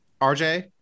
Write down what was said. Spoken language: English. RJ